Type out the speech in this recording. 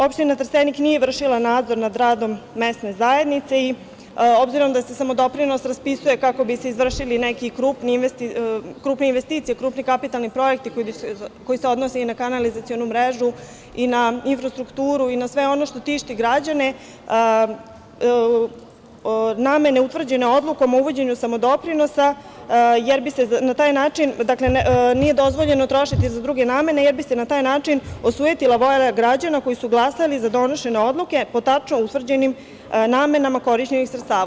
Opština Trstenik nije vršila nadzor nad radom mesne zajednice i obzirom da se samodoprinos raspisuje kako bi se izvršili neki krupni investicije, krupni kapitalni projekti koji se odnose i na kanalizacionu mrežu i na infrastrukturu i na sve ono što tišti građane, namene utvrđene odlukom o uvođenju samodoprinosa, jer bi se na taj način, nije dozvoljeno trošiti za druge namene, jer bi se na taj način osujetila volja građana koji su glasali za donošene odluke po tačno utvrđenim namenama korišćenih sredstava.